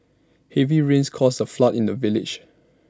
heavy rains caused A flood in the village